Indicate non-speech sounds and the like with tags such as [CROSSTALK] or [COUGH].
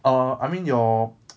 err I mean your [NOISE]